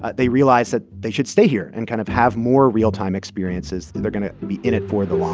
they realize that they should stay here and kind of have more real-time experiences they're going to be in it for the long